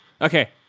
Okay